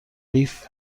قیف